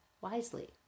wisely